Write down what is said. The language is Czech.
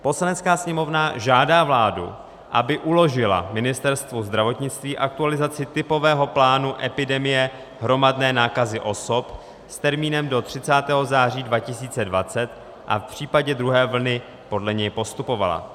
Poslanecká sněmovna žádá vládu, aby uložila Ministerstvu zdravotnictví aktualizaci typového plánu epidemie hromadné nákazy osob s termínem do 30. září 2020 a v případě druhé vlny podle něj postupovala.